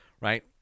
right